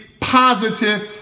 positive